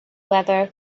whether